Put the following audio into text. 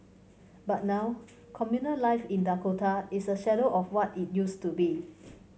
but now communal life in Dakota is a shadow of what it used to be